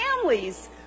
families